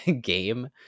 game